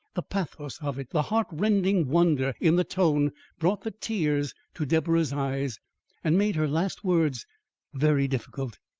the pathos of it the heart-rending wonder in the tone brought the tears to deborah's eyes and made her last words very difficult.